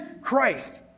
Christ